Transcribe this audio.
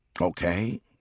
Okay